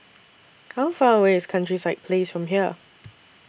How Far away IS Countryside Place from here